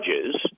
judges